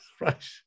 Right